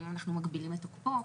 האם אנחנו מגבילים את תוקפו,